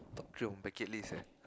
top three on bucket list ah